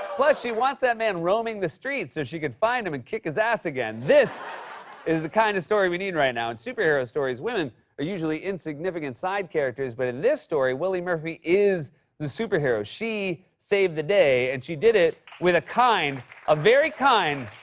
plus, she wants that man roaming the streets so she can find him and kick his ass again. this is the kind of story we need right now. in superhero stories, women are usually insignificant side characters, but in this story, willie murphy is the superhero. she saved the day and she did it with a kind a very kind